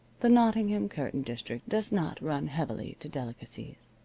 the nottingham curtain district does not run heavily to delicacies.